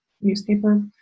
newspaper